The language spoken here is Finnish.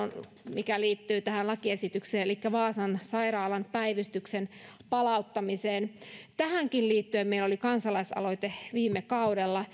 mikä liittyy tähän lakiesitykseen elikkä vaasan sairaalan päivystyksen palauttamiseen tähänkin liittyen meillä oli viime kaudella kansalaisaloite